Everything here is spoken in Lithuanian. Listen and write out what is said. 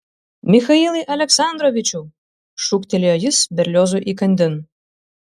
michailai aleksandrovičiau šūktelėjo jis berliozui įkandin